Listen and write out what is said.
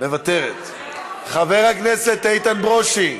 חבר הכנסת איתן ברושי.